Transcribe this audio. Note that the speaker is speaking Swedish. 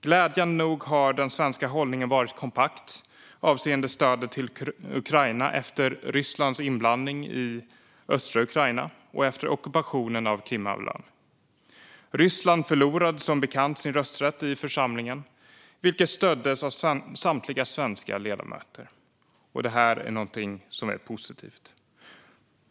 Glädjande nog har den svenska hållningen varit kompakt avseende stödet till Ukraina efter Rysslands inblandning i östra Ukraina och efter ockupationen av Krimhalvön. Ryssland förlorade som bekant sin rösträtt i församlingen, vilket stöddes av samtliga svenska ledamöter. Detta är någonting som är positivt.